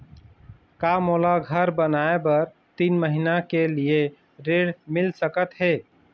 का मोला घर बनाए बर तीन महीना के लिए ऋण मिल सकत हे?